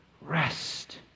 rest